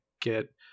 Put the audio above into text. get